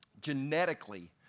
genetically